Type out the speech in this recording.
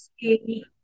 see